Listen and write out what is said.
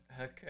Okay